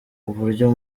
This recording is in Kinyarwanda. uburyo